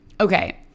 okay